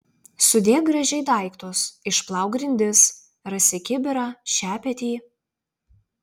sudėk gražiai daiktus išplauk grindis rasi kibirą šepetį